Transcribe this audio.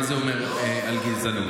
מה זה אומר על גזענות?